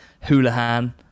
Houlihan